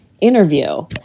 interview